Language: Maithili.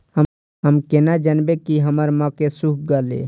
हम केना जानबे की हमर मक्के सुख गले?